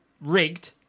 rigged